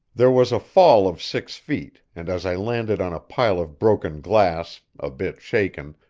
there was a fall of six feet, and as i landed on a pile of broken glass, a bit shaken,